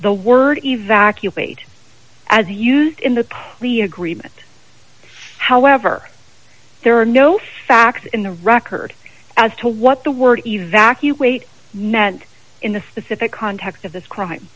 the word evacuate as used in the plea agreement however there are no facts in the record as to what the word evacuate meant in the specific context of this crime